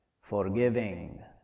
forgiving